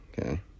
okay